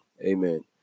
amen